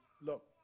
look